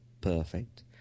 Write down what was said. perfect